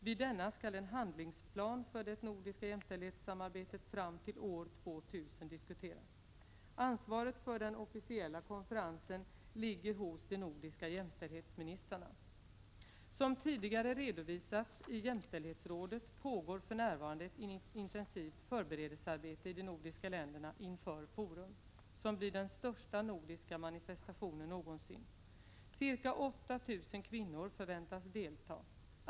Vid denna skall en handlingsplan för det nordiska jämställdhetssamarbetet fram till år 2000 diskuteras. Ansvaret för den officiella konferensen ligger hos de nordiska jämställdhetsministrarna. Som tidigare redovisats i jämställdhetsrådet pågår för närvarande ett intensivt förberedelsearbete i de nordiska länderna inför Forum, som blir den största nordiska manifestationen någonsin. Ca 8 000 kvinnor förväntas delta.